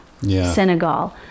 Senegal